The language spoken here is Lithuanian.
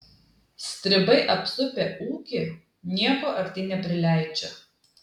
stribai apsupę ūkį nieko artyn neprileidžia